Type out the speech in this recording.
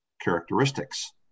characteristics